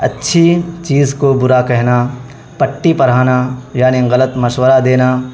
اچھی چیز کو برا کہنا پٹی پڑھانا یعنی غلط مشورہ دینا